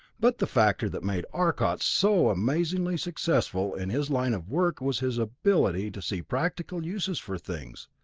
but the factor that made arcot so amazingly successful in his line of work was his ability to see practical uses for things,